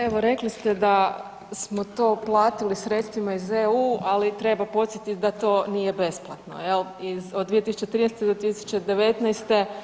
Evo rekli ste da smo to platili sredstvima iz EU, ali treba podsjetiti da to nije besplatno jel, od 2013. do 2019.